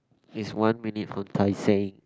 it's one minute from Tai seng